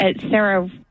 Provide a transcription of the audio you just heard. Sarah